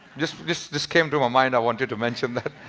just this this came to my mind, i wanted to mention that.